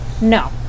no